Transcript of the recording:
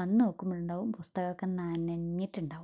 വന്നു നോക്കുമ്പോഴുണ്ടാവും പുസ്തകമൊക്കെ നനഞ്ഞിട്ടുണ്ടാവും